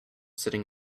sitting